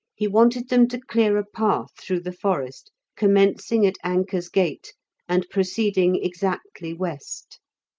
he wanted them to clear a path through the forest, commencing at anker's gate and proceeding exactly west.